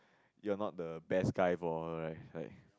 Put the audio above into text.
you are not the best guy for her right